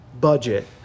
budget